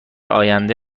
آینده